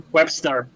Webster